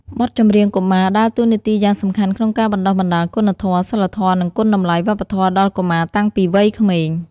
បទចម្រៀងកុមារដើរតួនាទីយ៉ាងសំខាន់ក្នុងការបណ្ដុះបណ្ដាលគុណធម៌ សីលធម៌ និងគុណតម្លៃវប្បធម៌ដល់កុមារតាំងពីវ័យក្មេង។